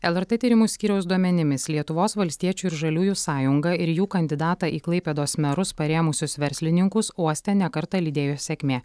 lrt tyrimų skyriaus duomenimis lietuvos valstiečių ir žaliųjų sąjungą ir jų kandidatą į klaipėdos merus parėmusius verslininkus uoste ne kartą lydėjo sėkmė